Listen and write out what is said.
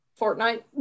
Fortnite